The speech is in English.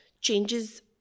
changes